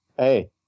Hey